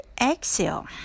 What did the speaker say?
exhale